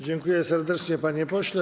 Dziękuję serdecznie, panie pośle.